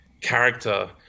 character